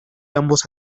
ambos